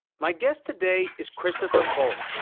my guest today is christopher cole,